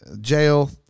jail